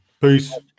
Peace